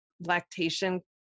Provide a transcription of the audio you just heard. lactation